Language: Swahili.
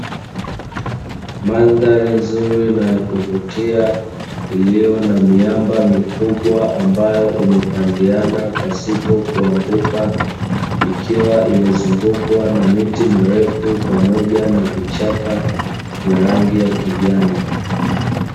Mandhari ya kuvutia iliyo na miamba mikubwa, ambayo imepandiana pasipo kuanguka ikiwa imezungukwa na miti mirefu pamoja na vichaka vya rangi ya kijani.